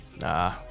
Nah